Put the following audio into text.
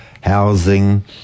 housing